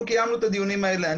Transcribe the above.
אנחנו קיימנו את הדיונים האלה אני